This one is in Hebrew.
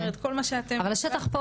אבל השטח פה,